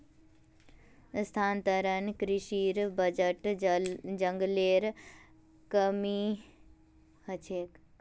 स्थानांतरण कृशिर वजह जंगलेर कमी ह छेक